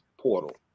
portal